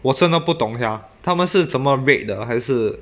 我真的不懂 sia 他们是怎么 rate 的还是